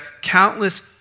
countless